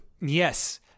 Yes